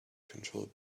controller